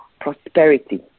prosperity